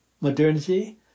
modernity